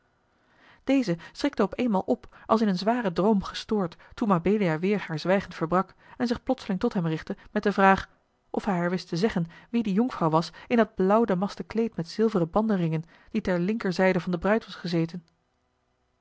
deze schrikte op eenmaal op als in een zwaren droom gestoord toen mabelia weêr haar zwijgen verbrak en zich plotseling tot hem richtte met de vraag of hij haar wist te zeggen wie die jonkvrouw was in dat blauw damasten kleed met zilveren banderingen die ter linkerzijde van de bruid was gezeten